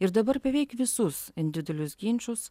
ir dabar beveik visus individualius ginčus